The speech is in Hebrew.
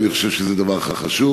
ואני חושב שזה דבר חשוב.